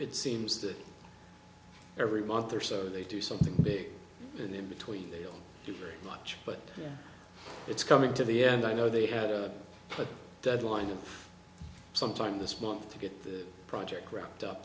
it seems that every month or so they do something big and in between they all do very much but it's coming to the end i know they had to put a deadline of sometime this month to get the project wrapped up